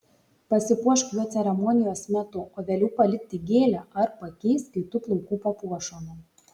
pasipuošk juo ceremonijos metu o vėliau palik tik gėlę ar pakeisk kitu plaukų papuošalu